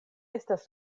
estas